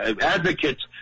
advocates